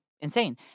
insane